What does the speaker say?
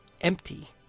empty